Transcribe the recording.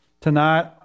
tonight